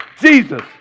Jesus